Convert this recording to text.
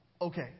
okay